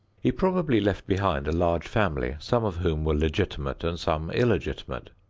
he probably left behind a large family, some of whom were legitimate and some illegitimate.